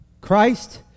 Christ